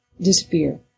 disappear